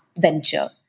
venture